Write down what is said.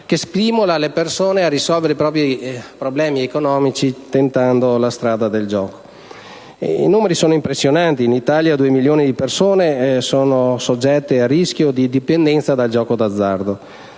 quale stimola le persone a risolvere i propri problemi economici tentando la strada del gioco. I numeri sono impressionanti: in Italia 2 milioni di persone sono soggette al rischio di dipendenza dal gioco d'azzardo.